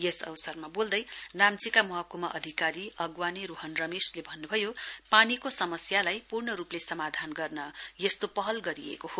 यस अवसरमा बोल्दै नाम्चीका महक्मा अधिकारी अगावाने रोहन रमेशले अन्नुभयो पानीको समस्यालाई पूर्ण रूपले समाधान गर्न यस्तो पहल गरिएको हो